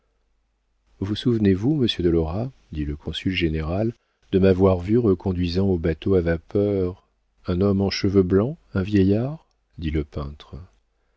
vous souvenez-vous monsieur de lora dit le consul général m'avoir vu reconduisant au bateau à vapeur un homme en cheveux blancs un vieillard dit le peintre